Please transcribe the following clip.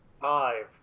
Five